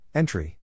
Entry